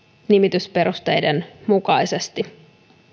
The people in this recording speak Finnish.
nimitysperusteiden mukaisesti